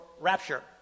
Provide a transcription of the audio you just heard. rapture